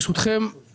ב-2020 הייתה קורונה.